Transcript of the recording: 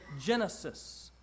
genesis